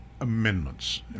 amendments